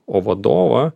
o vadovą